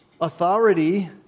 authority